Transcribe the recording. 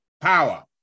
power